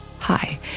Hi